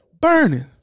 Burning